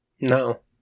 No